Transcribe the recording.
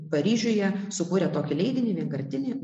paryžiuje sukūrė tokį leidinį vienkartinį